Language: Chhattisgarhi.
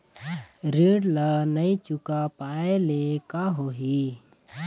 ऋण ला नई चुका पाय ले का होही?